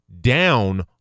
down